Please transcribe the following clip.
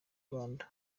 rwanda